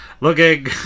Looking